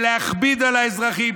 בלהכביד על האזרחים,